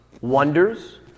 wonders